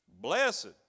Blessed